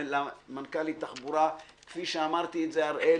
זה, הראל,